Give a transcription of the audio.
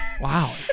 Wow